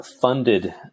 funded